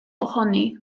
ohoni